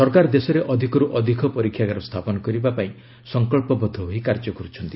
ସରକାର ଦେଶରେ ଅଧିକରୁ ଅଧିକ ପରୀକ୍ଷାଗାର ସ୍ଥାପନ କରିବା ପାଇଁ ସଂକଳ୍ପବଦ୍ଧ ହୋଇ କାର୍ଯ୍ୟ କରୁଛନ୍ତି